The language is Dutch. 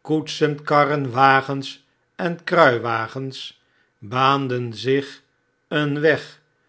koetsen ikarren wagens en kruiwagens baanden zich een weg